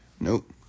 Nope